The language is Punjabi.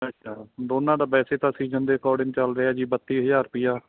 ਅੱਛਾ ਦੋਨਾਂ ਦਾ ਵੈਸੇ ਤਾਂ ਸੀਜ਼ਨ ਦੇ ਅਕੋਰਡਿੰਗ ਚੱਲ ਰਿਹਾ ਜੀ ਬੱਤੀ ਹਜ਼ਾਰ ਰੁਪਿਆ